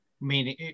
meaning